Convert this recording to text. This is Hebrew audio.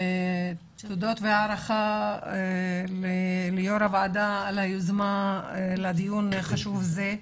תודות והערכה ליו"ר הוועדה על היוזמה לדיון חשוב זה.